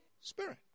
Spirit